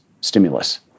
stimulus